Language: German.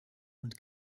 und